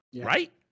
right